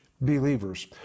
believers